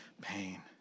pain